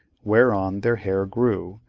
whereon their hair grew,